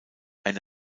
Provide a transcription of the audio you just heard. eine